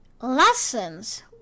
Lessons